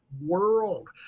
world